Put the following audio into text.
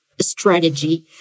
strategy